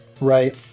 Right